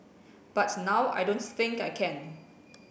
but now I don't think I can